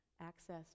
access